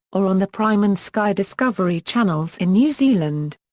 or on the prime and sky discovery channels in new zealand.